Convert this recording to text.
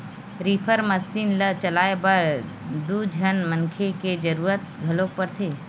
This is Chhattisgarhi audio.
रीपर मसीन ल चलाए बर दू झन मनखे के जरूरत घलोक परथे